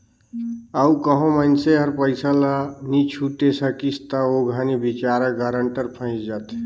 अउ कहों मइनसे हर पइसा ल नी छुटे सकिस ता ओ घनी बिचारा गारंटर फंइस जाथे